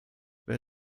wer